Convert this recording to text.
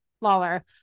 Lawler